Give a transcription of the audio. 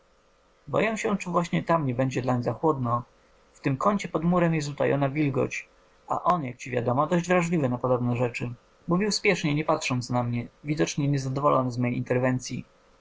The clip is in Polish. upale boję się czy właśnie tam nie będzie dlań za chłodno w tym kącie pod murem jest utajona wilgoć a on jak ci wiadomo dość wrażliwy na podobne rzeczy mówił spiesznie nie patrząc na mnie widocznie niezadowolony z mej interwencyi